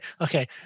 okay